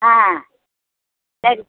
ஆ சரி